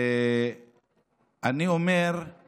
אני אומר את